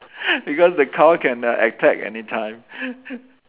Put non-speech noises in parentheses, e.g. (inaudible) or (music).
(laughs) because the cow can uh attack anytime (laughs)